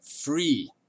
free